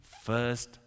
first